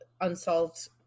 unsolved